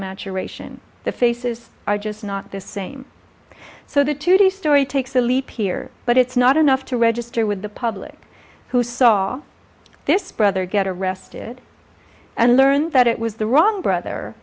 maturation the faces are just not the same so that to the story takes a leap here but it's not enough to register with the public who saw this brother get arrested and learned that it was the wrong brother